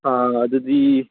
ꯑꯥ ꯑꯗꯨꯗꯤ